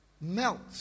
melt